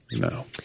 No